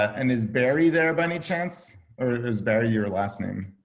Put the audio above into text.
and is barry there by any chance? or is very your last name?